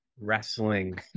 wrestling